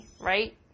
right